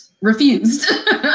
refused